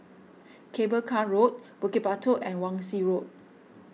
Cable Car Road Bukit Batok and Wan Shih Road